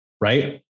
right